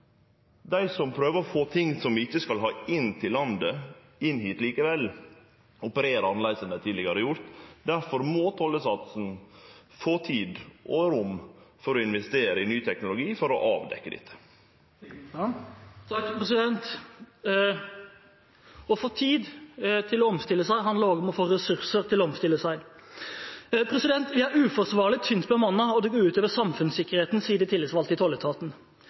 som prøver å få ting som vi ikkje skal ha inn til landet, inn hit likevel, opererer annleis enn dei tidlegare har gjort. Difor må tolletaten få tid og rom for å investere i ny teknologi for å avdekkje dette. Å få tid til å omstille seg handler også om å få ressurser til å omstille seg. «Vi er uforsvarlig tynt bemannet, og det går ut over samfunnssikkerheten», sier de tillitsvalgte i tolletaten.